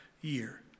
year